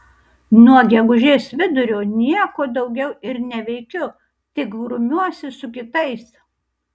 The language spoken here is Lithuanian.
nuo gegužės vidurio nieko daugiau ir neveikiu tik grumiuosi su kitais